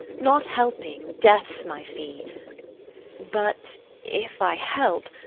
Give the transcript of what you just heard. not helping, death's my fee but, if i help,